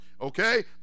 Okay